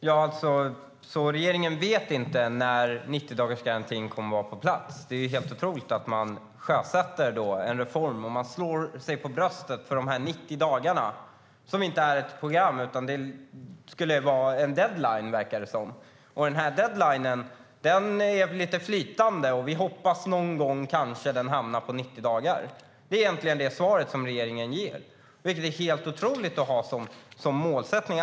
Fru talman! Regeringen vet alltså inte när 90-dagarsgarantin kommer att vara på plats. Det är helt otroligt att man sjösätter en reform och slår sig för bröstet för de 90 dagarna, som inte är ett program utan är en deadline, verkar det som. Och denna deadline är lite flytande: Vi hoppas att den någon gång kanske hamnar på 90 dagar. Det är egentligen det svar som regeringen ger. Det är helt otroligt att ha det som målsättning.